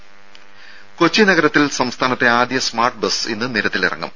രും കൊച്ചി നഗരത്തിൽ സംസ്ഥാനത്തെ ആദ്യ സ്മാർട്ട് ബസ് ഇന്ന് നിരത്തിലിറങ്ങും